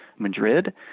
Madrid